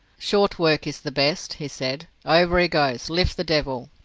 short work is the best, he said, over he goes lift the devil.